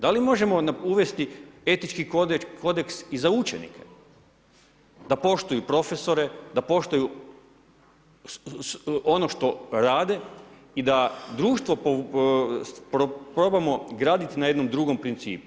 Da li možemo uvesti etički kodeks i za učenike da poštuju profesore, da poštuju ono što rade i da društvo probamo graditi na jednom drugom principu?